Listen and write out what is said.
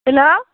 hello